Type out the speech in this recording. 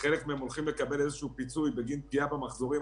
חלק מהם הולכים לקבל איזה פיצוי בגין פגיעה במחזורים,